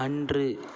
அன்று